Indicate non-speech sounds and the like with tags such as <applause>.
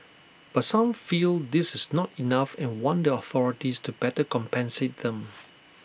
but some feel this is not enough and want the authorities to better compensate them <noise>